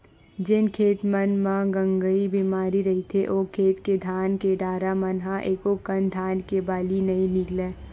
जेन खेत मन म गंगई बेमारी रहिथे ओ खेत के धान के डारा मन म एकोकनक धान के बाली नइ निकलय